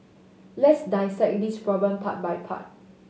let's dissect this problem part by part